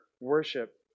worship